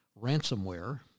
ransomware